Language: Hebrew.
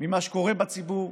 ממה שקורה בציבור,